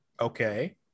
Okay